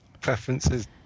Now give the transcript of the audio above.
preferences